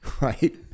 right